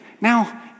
Now